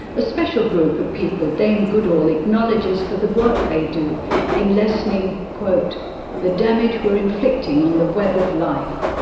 a special group of people dame goodall acknowledges for the work they do in lessening the damage we are inflicting on the web of life.